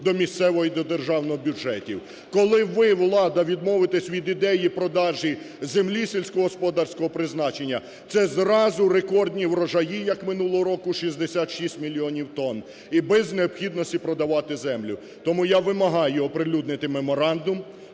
до місцевого і до державного бюджетів. Коли ви, влада, відмовитесь від ідеї продажі землі сільськогосподарського призначення, це зразу рекордні врожаї, як минулого року, 66 мільйонів тонн, і без необхідності продавати землю. Тому я вимагаю оприлюднити меморандум.